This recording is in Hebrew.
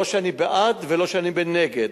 לא שאני בעד ולא שאני נגד,